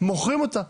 ומוכרים אותה.